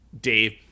Dave